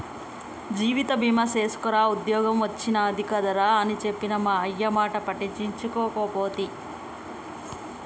జీవిత బీమ సేసుకోరా ఉద్ద్యోగం ఒచ్చినాది కదరా అని చెప్పిన మా అయ్యమాట పట్టించుకోకపోతి